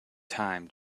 time